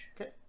Okay